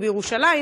אדוני היושב-ראש,